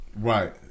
Right